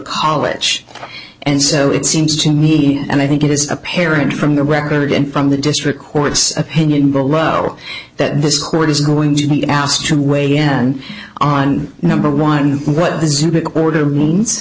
college and so it seems to me and i think it is apparent from the record and from the district court's opinion below that this court is going to be asked to weigh in on number one what the civic order means